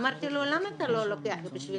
אמרתי לו: למה אתה לא לוקח בשבילנו?